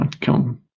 come